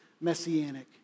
messianic